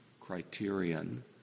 criterion